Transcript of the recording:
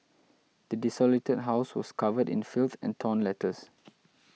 the desolated house was covered in filth and torn letters